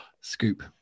Scoop